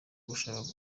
gushaka